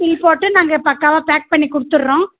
bill போட்டு நாங்கள் பக்காவாக பேக் பண்ணி கொடுத்துட்றோம்